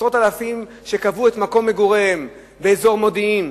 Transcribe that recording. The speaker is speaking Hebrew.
עשרות אלפים שקבעו את מקום מגוריהם באזור מודיעין,